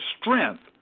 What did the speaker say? strength